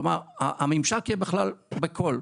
כלומר, הממשק יהיה בכלל בקול.